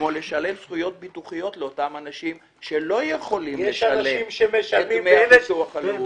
כמו לשלם זכויות ביטוחיות לאלה שלא יכולים לשלם את דמי הביטוח הלאומי.